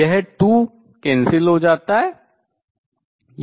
यह 2 cancel रद्द हो जाता है